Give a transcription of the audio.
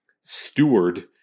steward